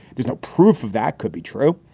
there's no proof of that. could be true.